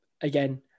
again